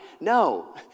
No